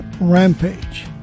Rampage